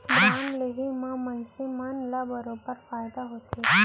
bond लेहे म मनसे मन ल बरोबर फायदा होथे